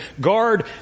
guard